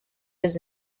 his